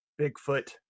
Bigfoot